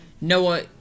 Noah